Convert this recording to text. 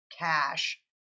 cash